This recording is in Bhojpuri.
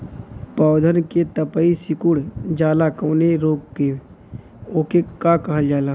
पौधन के पतयी सीकुड़ जाला जवने रोग में वोके का कहल जाला?